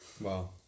Wow